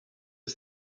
est